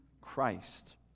Christ